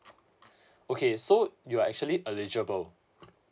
okay so you are actually eligible